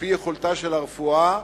על-פי יכולתה של הרפואה,